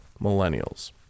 millennials